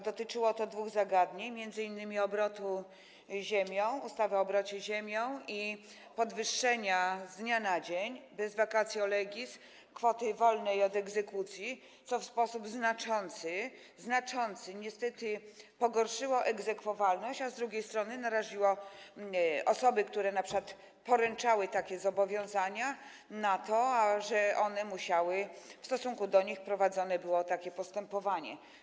Dotyczyło to dwóch zagadnień, m.in. obrotu ziemią, ustawy o obrocie ziemią i podwyższenia z dnia na dzień, bez vacatio legis, kwoty wolnej od egzekucji, co w sposób znaczący, znaczący, niestety, pogorszyło egzekwowalność, a z drugiej strony naraziło osoby, które np. poręczały takie zobowiązania, na to, że w stosunku do nich prowadzone było takie postępowanie.